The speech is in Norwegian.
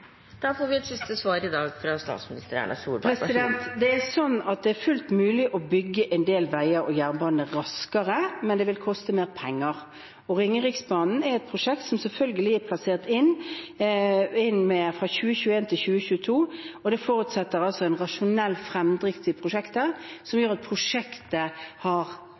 Da får vi et siste svar i dag fra statsminister Erna Solberg. Det er fullt mulig å bygge en del veier og jernbaner raskere, men det vil koste mer penger. Ringeriksbanen er et prosjekt som selvfølgelig er plassert inn fra 2021/2022. Det forutsetter en rasjonell fremdrift i prosjektet: god fremdrift til den kostnaden som er, slik at